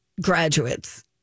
graduates